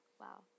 wow